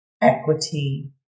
Equity